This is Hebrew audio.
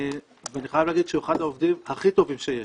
ואני חייב להגיד שהוא אחד העובדים הכי טובים שיש,